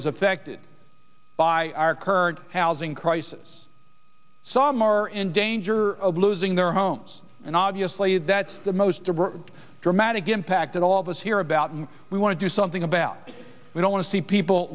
is affected by our current housing crisis some are in danger of losing their homes and obviously that's the most dramatic impact that all of us here about and we want to do something about we don't want to see people